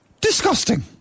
Disgusting